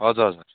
हजुर हजुर